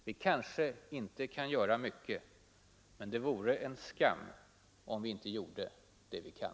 Vi kanske inte kan göra mycket, men det vore en skam om vi inte gjorde det vi kan.